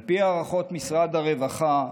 על פי הערכות משרד הרווחה,